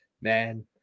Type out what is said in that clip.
Man